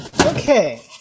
Okay